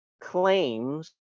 claims